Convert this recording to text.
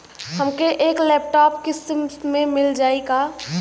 हमके एक लैपटॉप किस्त मे मिल जाई का?